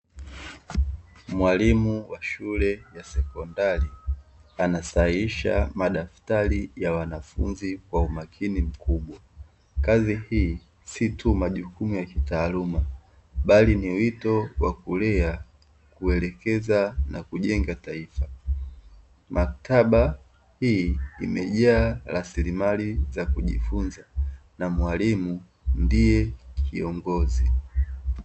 Mwalimu wa shule ya sekondari anasahihisha madaftari ya wanafunzi kwa umakini mkubwa, kazi hii si tu majukumu ya kitaalamu bali ni wito wa kulea, kuelekeza, na kujenga taifa. Maktaba hii imejaa rasilimali za kujifunza na mwalimu ndiye kiongozi.